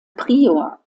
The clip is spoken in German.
prior